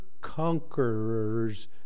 conquerors